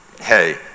hey